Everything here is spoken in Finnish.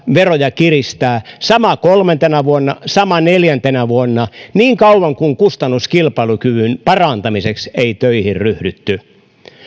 ja veroja kiristää sama kolmantena vuonna sama neljäntenä vuonna niin kauan kuin kustannuskilpailukyvyn parantamiseksi ei töihin ryhdytty